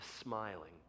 smiling